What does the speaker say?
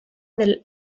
del